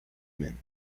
men